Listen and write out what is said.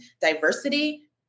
Diversity